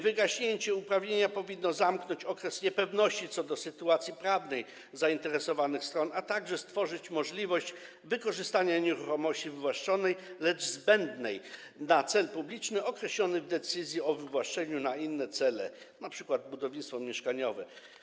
Wygaśnięcie uprawnienia powinno zamknąć okres niepewności co do sytuacji prawnej zainteresowanych stron, a także stworzyć możliwość wykorzystania nieruchomości wywłaszczonej, lecz zbędnej na cel publiczny określony w decyzji o wywłaszczeniu, na inne cele, np. budownictwo mieszkaniowe.